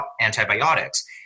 antibiotics